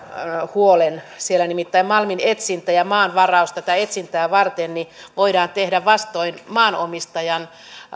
huolen siellä nimittäin malminetsintä ja maan varaus tätä etsintää varten voidaan tehdä vastoin maanomistajan